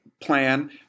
plan